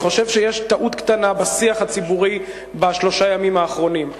אני חושב שיש טעות קטנה בשיח הציבורי בשלושת הימים האחרונים.